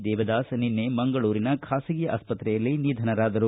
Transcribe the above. ದೇವದಾಸ್ ನಿನ್ನೆ ಮಂಗಳೂರಿನ ಖಾಸಗಿ ಆಸ್ಪತ್ರೆಯಲ್ಲಿ ನಿಧನರಾದರು